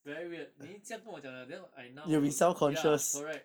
very weird 你一这样跟我讲 liao then I now will ya correct